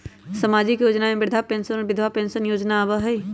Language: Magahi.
सामाजिक योजना में वृद्धा पेंसन और विधवा पेंसन योजना आबह ई?